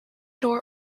door